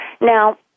Now